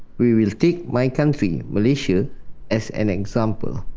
we will take my country malaysia as an example.